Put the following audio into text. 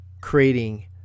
creating